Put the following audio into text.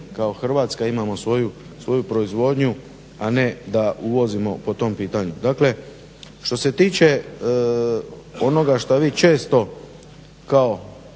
kao Hrvatska imamo svoju proizvodnju, a ne da uvozimo po tom pitanju. Dakle što se tiče onoga što vi često